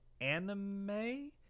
anime